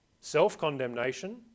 Self-condemnation